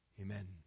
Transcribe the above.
Amen